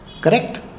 correct